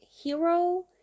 Hero